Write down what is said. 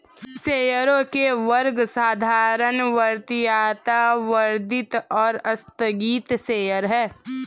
शेयरों के वर्ग साधारण, वरीयता, वृद्धि और आस्थगित शेयर हैं